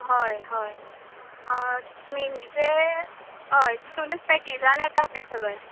हय हय मेंदिचें हय तितूनच पॅकेजान येता तें सगळें